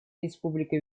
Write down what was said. республика